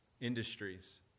industries